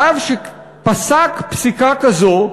רב שפסק פסיקה כזו,